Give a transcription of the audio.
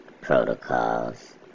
protocols